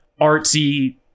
artsy